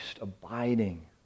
abiding